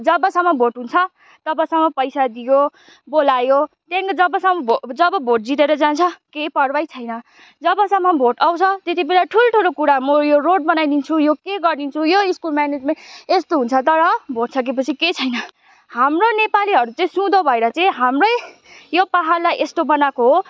जबसम्म भोट हुन्छ तबसम्म पैसा दियो बोलायो त्यहाँदेखिको जबसम्म भो जब भोट जितेर जान्छ केही पर्वाहै छैन जबसम्म भोट आउँछ तेतिबेला ठुल्ठुलो कुरा म यो रोड बनाइदिन्छु यो के गरिदिन्छु यो स्कुल म्यानेजमेन्ट यस्तो हुन्छ तर भोट सकेपछि केही छैन हाम्रो नेपालीहरू चाहिँ सुधो भएर चाहिँ हाम्रै यो पाहाडलाई यस्तो बनाएको हो